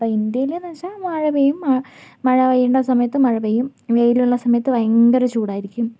അപ്പോൾ ഇന്ത്യയിൽ എന്നു വച്ചാൽ മഴ പെയ്യും മഴ പെയ്യേണ്ട സമയത്തു മഴ പെയ്യും വെയിലുള്ള സമയത്ത് ഭയങ്കര ചൂട് ആയിരിക്കും